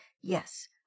Yes